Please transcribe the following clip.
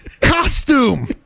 costume